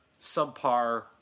subpar